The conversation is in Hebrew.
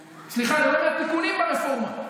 סליחה, ללא מעט תיקונים ברפורמה,